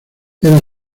era